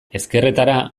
ezkerretara